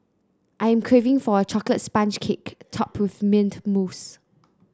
I am craving for a chocolate sponge cake topped with mint mousse